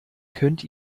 könnt